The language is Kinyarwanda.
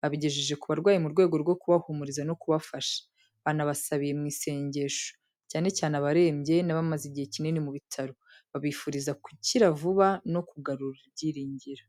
babigejeje ku barwayi mu rwego rwo kubahumuriza no kubafasha. Banabasabiye mu isengesho, cyane cyane abarembye n’abamaze igihe kinini mu bitaro, babifuriza gukira vuba no kugarura ibyiringiro.